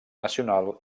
nacional